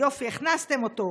יופי, הכנסתם אותו.